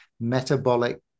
metabolic